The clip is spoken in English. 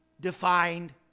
defined